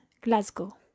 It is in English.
Glasgow